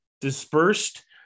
dispersed